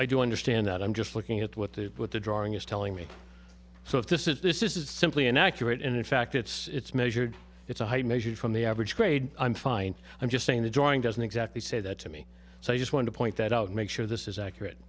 i do understand that i'm just looking at what the what the drawing is telling me so if this is this is simply inaccurate in fact it's measured it's a height measured from the average grade i'm fine i'm just saying the drawing doesn't exactly say that to me so i just want to point that out make sure this is accurate